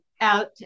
out